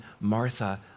Martha